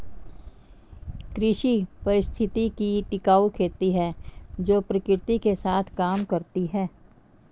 कृषि पारिस्थितिकी टिकाऊ खेती है जो प्रकृति के साथ काम करती है